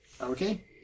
Okay